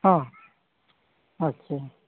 ᱦᱮᱸ ᱟᱪᱪᱷᱟ